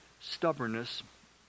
stubbornness